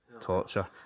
Torture